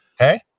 Okay